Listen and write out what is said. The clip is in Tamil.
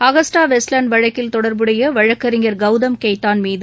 அகஸ்தா வெஸ்ட்லேண்ட் வழக்கில் தொடர்புடைய வழக்கறிஞர் கௌதம் கெய்தான் மீது